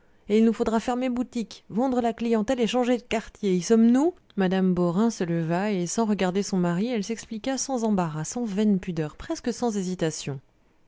et il nous faudra fermer boutique vendre la clientèle et changer de quartier y sommes-nous mme beaurain se leva et sans regarder son mari elle s'expliqua sans embarras sans vaine pudeur presque sans hésitation